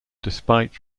despite